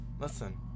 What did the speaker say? Listen